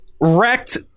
wrecked